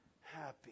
happy